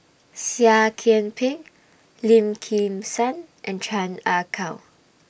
Seah Kian Peng Lim Kim San and Chan Ah Kow